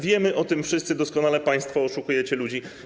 Wiemy o tym wszyscy, doskonale państwo oszukujecie ludzi.